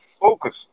focus